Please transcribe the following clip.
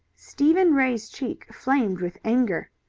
stephen ray's cheek flamed with anger.